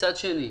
מצד שני,